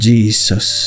Jesus